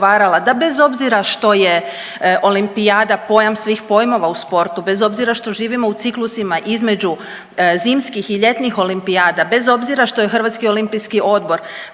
da bez obzira što je olimpijada pojam svih pojmova u sportu, bez obzira što živimo u ciklusima između zimskih i ljetnih olimpijada, bez obzira što je Hrvatski olimpijski odbor